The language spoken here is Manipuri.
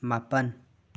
ꯃꯥꯄꯟ